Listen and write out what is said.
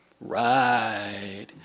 Right